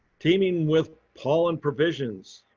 teeming with pollen provisions.